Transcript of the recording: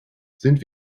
sind